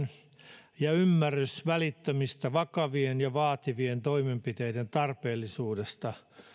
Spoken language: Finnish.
on yhteinen ja ymmärrys välittömästä vakavien ja vaativien toimenpiteiden tarpeellisuudesta